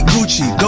Gucci